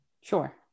Sure